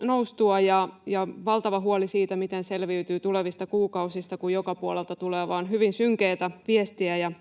noustua ja valtava huoli siitä, miten selviytyy tulevista kuukausista, kun joka puolelta tulee vain hyvin synkeätä viestiä